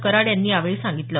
कराड यांनी यावेळी सांगितलं